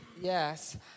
Yes